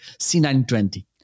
C920